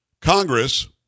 Congress